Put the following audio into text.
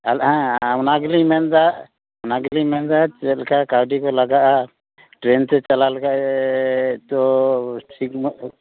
ᱦᱮᱸ ᱚᱱᱟ ᱜᱮᱞᱤᱧ ᱢᱮᱱᱮᱫᱟ ᱚᱱᱟ ᱜᱮᱞᱤᱧ ᱢᱮᱱ ᱮᱫᱟ ᱪᱮᱫ ᱞᱮᱠᱟ ᱠᱟᱹᱣᱰᱤ ᱠᱚ ᱞᱟᱜᱟᱜᱼᱟ ᱴᱨᱮᱹᱱ ᱛᱮ ᱪᱟᱞᱟᱣ ᱞᱮᱠᱷᱟᱱ ᱛᱚ ᱥᱤᱴ